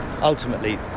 ultimately